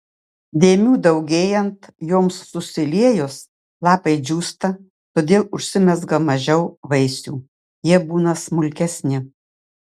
dėmių daugėjant joms susiliejus lapai džiūsta todėl užsimezga mažiau vaisių jie būna smulkesni